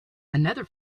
another